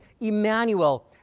Emmanuel